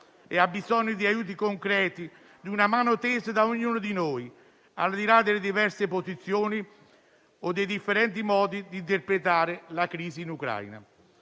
e ha bisogno di aiuti concreti, di una mano tesa, al di là delle diverse posizioni o dei differenti modi di interpretare la crisi in Ucraina.